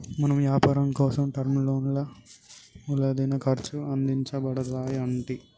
మన యపారాలకోసం టర్మ్ లోన్లా మూలదిన ఖర్చు అందించబడతాయి అంటి